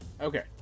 okay